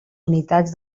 unitats